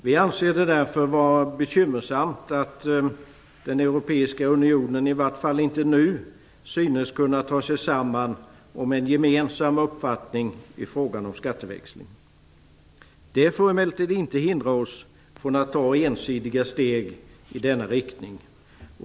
Vi anser det därför vara bekymmersamt att Europeiska unionen i varje fall inte nu synes kunna ta sig samman och komma fram till en gemensam uppfattning i frågan om skatteväxling. Det får emellertid inte hindra oss från att ensidigt ta steg i denna riktning.